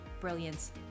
brilliance